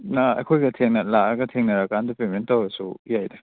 ꯑꯥ ꯑꯩꯈꯣꯏꯒ ꯂꯥꯛꯂꯒ ꯊꯦꯡꯅꯔ ꯀꯥꯟꯗ ꯄꯦꯃꯦꯟ ꯇꯧꯔꯁꯨ ꯌꯥꯏꯗ